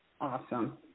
Awesome